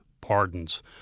pardons